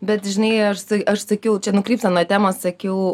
bet žinai aš aš sakiau čia nukrypstam nuo temos sakiau